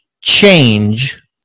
change